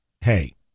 hey